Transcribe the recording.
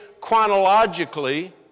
chronologically